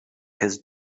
his